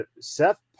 Seth